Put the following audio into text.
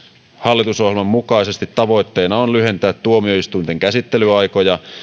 hallitusohjelman mukaisesti tavoitteena on lyhentää tuomioistuinten käsittelyaikoja